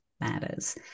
matters